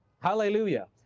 Hallelujah